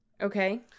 Okay